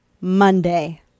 Monday